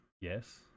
Yes